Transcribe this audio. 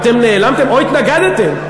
אתם נעלמתם או התנגדתם.